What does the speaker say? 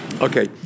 Okay